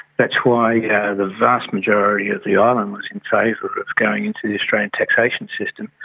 that's why yeah the vast majority of the island was in favour of going into the australian taxation system,